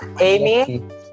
Amy